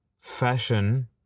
fashion